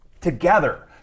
together